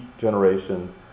generation